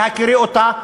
בהכירי אותה,